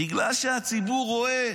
בגלל שהציבור רואה